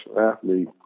athlete